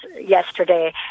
yesterday